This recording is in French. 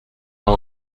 pas